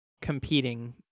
competing